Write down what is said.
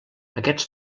aquests